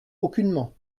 aucunement